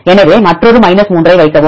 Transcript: எனவே மற்றொரு 3 வைக்கவும்